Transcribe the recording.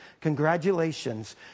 congratulations